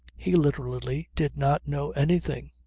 he literally did not know anything.